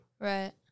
Right